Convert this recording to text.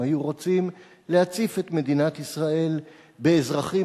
הם היו רוצים להציף את מדינת ישראל באזרחים